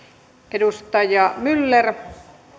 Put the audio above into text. edustaja